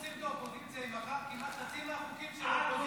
איך דורסים את האופוזיציה אם מחר כמעט חצי מהחוקים של האופוזיציה?